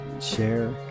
share